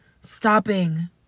stopping